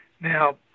Now